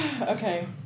Okay